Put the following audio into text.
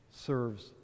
serves